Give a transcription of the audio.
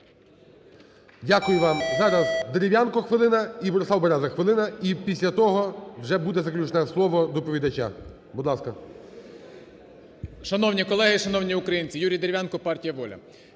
Дякую вам. Зараз Дерев'янко, хвилина. І Борислав Береза, хвилина. І після того вже буде заключне слово доповідача. Будь ласка.